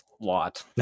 lot